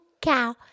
Cow